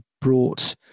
brought